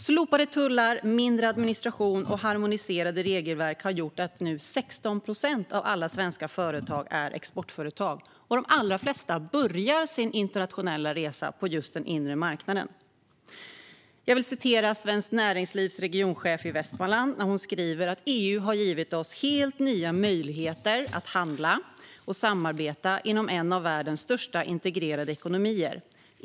Slopade tullar, mindre administration och harmoniserade regelverk har gjort att 16 procent av alla svenska företag nu är exportföretag, och de allra flesta börjar sin internationella resa på den inre marknaden. Jag vill citera Svenskt Näringslivs regionchef i Västmanland: "EU har gett oss helt nya möjligheter att handla och samarbeta inom en av världens största integrerade ekonomier.